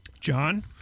John